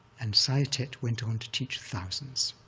and saya thet went on to teach thousands.